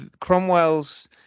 Cromwell's